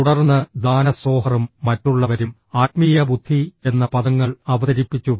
തുടർന്ന് ദാന സോഹറും മറ്റുള്ളവരും ആത്മീയ ബുദ്ധി എന്ന പദങ്ങൾ അവതരിപ്പിച്ചു